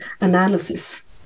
analysis